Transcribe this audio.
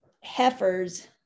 heifers